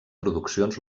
produccions